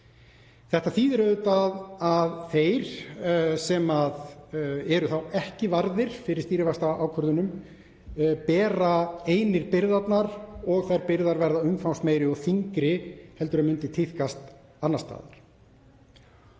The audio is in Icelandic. Það þýðir auðvitað að þeir sem eru ekki varðir fyrir stýrivaxtaákvörðunum bera einir byrðarnar og þær byrðar verða umfangsmeiri og þyngri en myndi tíðkast annars staðar.